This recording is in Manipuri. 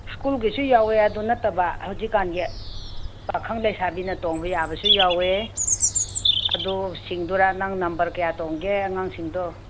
ꯁ꯭ꯀꯨꯜꯒꯤꯁꯨ ꯌꯥꯎꯋꯦ ꯑꯗꯨ ꯅꯠꯇꯕ ꯍꯧꯖꯤꯛ ꯀꯥꯟꯒꯤ ꯄꯥꯈꯪ ꯂꯩꯁꯥꯕꯤꯅ ꯇꯣꯡꯕ ꯌꯥꯕꯁꯨ ꯌꯥꯎꯋꯦ ꯑꯗꯨꯁꯤꯡꯗꯨꯔꯥ ꯅꯪ ꯅꯝꯕꯔ ꯀꯌꯥ ꯇꯣꯡꯒꯦ ꯑꯉꯥꯡꯁꯤꯡꯗꯣ